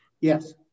Yes